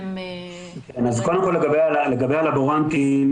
לגבי הלבורנטים,